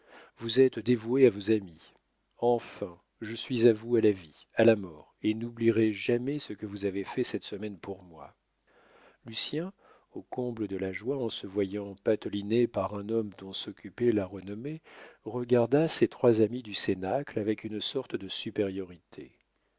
vous êtes dévoué à vos amis enfin je suis à vous à la vie à la mort et n'oublierai jamais ce que vous avez fait cette semaine pour moi lucien au comble de la joie en se voyant pateliné par un homme dont s'occupait la renommée regarda ses trois amis du cénacle avec une sorte de supériorité